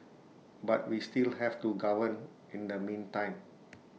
but we still have to govern in the meantime